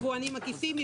יבואנים עקיפים,